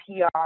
PR